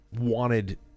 wanted